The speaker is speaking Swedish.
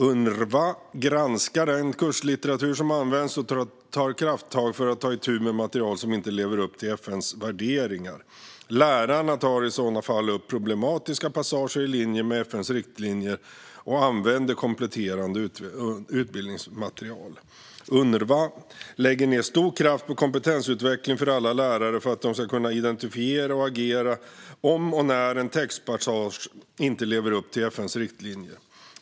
Unrwa granskar den kurslitteratur som används och tar krafttag för att ta itu med material som inte lever upp till FN:s värderingar. Lärarna tar i sådana fall upp problematiska passager i linje med FN:s riktlinjer och använder kompletterande utbildningsmaterial. Unrwa lägger ned stor kraft på kompetensutveckling för alla lärare för att de ska kunna identifiera och agera om och när en textpassage inte lever upp till FN:s riktlinjer.